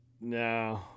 No